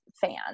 fans